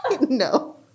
No